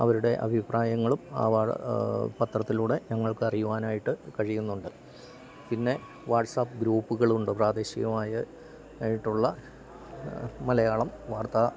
അവരുടെ അഭിപ്രായങ്ങളും പത്രത്തിലൂടെ ഞങ്ങൾക്കറിയുവാനായിട്ട് കഴിയുന്നുണ്ട് പിന്നെ വാട്സാപ്പ് ഗ്രൂപ്പുകളും ഉണ്ട് പ്രാദേശികമായ ആയിട്ടുള്ള മലയാളം വാർത്താ